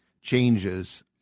changes